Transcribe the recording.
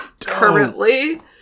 currently